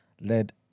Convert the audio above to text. led